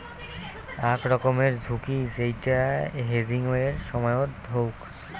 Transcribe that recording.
আক রকমের ঝুঁকি যেইটা হেজিংয়ের সময়ত হউক